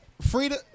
Frida